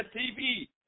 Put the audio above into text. TV